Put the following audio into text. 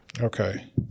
Okay